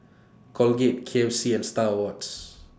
Colgate K F C and STAR Awards